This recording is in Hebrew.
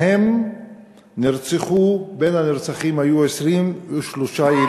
ובהם נרצחו, בין הנרצחים היו 23 ילדים.